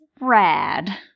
rad